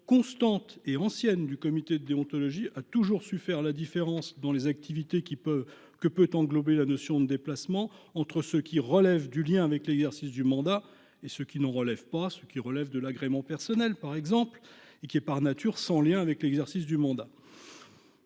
constante et ancienne du comité de déontologie a toujours su faire la différence dans les activités que peut englober la notion de déplacement entre ce qui relève du lien avec l’exercice du mandat et ce qui n’en relève pas – je pense, par exemple, à des déplacements de l’ordre de l’agrément personnel, par nature sans lien avec l’exercice du mandat.